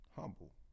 humble